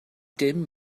dim